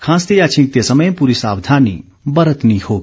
खांसते या छींकते समय पूरी सावधानी बरतनी होगी